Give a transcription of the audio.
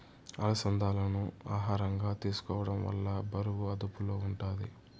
అలసందాలను ఆహారంగా తీసుకోవడం వల్ల బరువు అదుపులో ఉంటాది